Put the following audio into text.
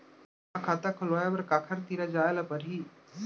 मोला खाता खोलवाय बर काखर तिरा जाय ल परही?